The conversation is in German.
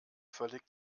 völlig